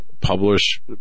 publish